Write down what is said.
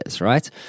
right